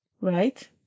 Right